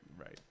Right